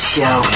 Show